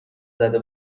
زده